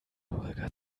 holger